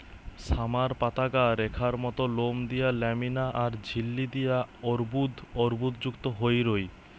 summer পাতাগা রেখার মত লোম দিয়া ল্যামিনা আর ঝিল্লি দিয়া অর্বুদ অর্বুদযুক্ত হই রয়